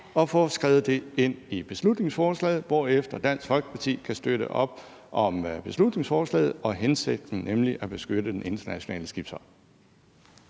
at få skrevet det ind i beslutningsforslaget, hvorefter Dansk Folkeparti kan støtte op om beslutningsforslaget og hensigten om at beskytte den internationale skibsorden?